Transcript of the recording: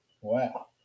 Wow